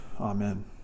Amen